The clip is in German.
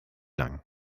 lang